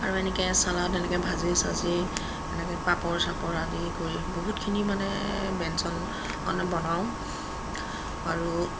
আৰু এনেকে চালাদ এনেকৈ ভাজি চাজি এনেকৈ পাপৰ চাপৰ আদি কৰি বহুতখিনি মানে ব্যঞ্জন বনাওঁ আৰু